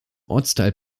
ortsteil